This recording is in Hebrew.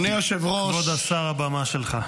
כבוד השר, הבמה שלך.